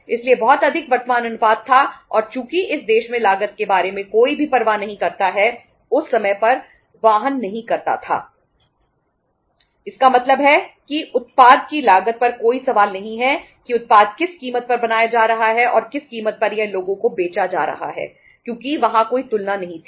इसलिए बहुत अधिक वर्तमान अनुपात था और चूंकि इस देश में लागत के बारे में कोई भी परवाह नहीं करता है उस समय पर परवाह नहीं करता था इसका मतलब यह है कि उत्पाद की लागत पर कोई सवाल नहीं है कि उत्पाद किस कीमत पर बनाया जा रहा है और किस कीमत पर यह लोगों को बेचा जा रहा है क्योंकि वहां कोई तुलना नहीं थी